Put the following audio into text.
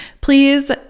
please